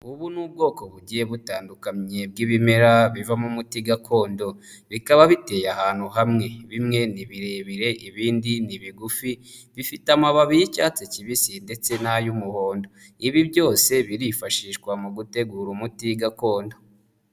Ubu ni ubwoko bugiye butandukanye bw'ibimera bivamo umuti gakondo, bikaba biteye ahantu hamwe, bimwe ni birebire ibindi ni bigufi, bifite amababi y'icyatsi kibisi ndetse n'ay'umuhondo, ibi byose birifashishwa mu gutegura umuti gakondo.